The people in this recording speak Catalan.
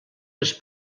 les